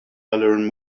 learn